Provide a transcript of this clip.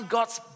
God's